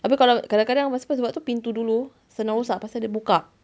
habis kalau kadang-kadang pasal apa sebab tu pintu dulu senang rosak pasal dia buka